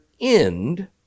end